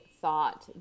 thought